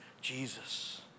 Jesus